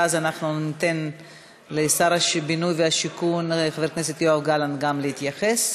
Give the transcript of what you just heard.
ואז אנחנו ניתן לשר הבינוי והשיכון חבר הכנסת יואב גלנט להתייחס,